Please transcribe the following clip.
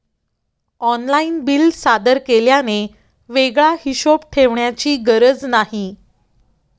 online bill सादर केल्याने वेगळा हिशोब ठेवण्याची गरज नाही